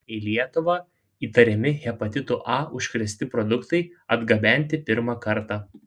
į lietuvą įtariami hepatitu a užkrėsti produktai atgabenti pirmą kartą